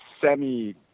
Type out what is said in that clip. semi